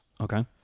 Okay